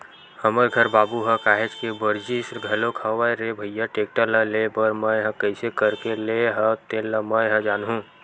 हमर घर बाबू ह काहेच के बरजिस घलोक हवय रे भइया टेक्टर ल लेय बर मैय ह कइसे करके लेय हव तेन ल मैय ह जानहूँ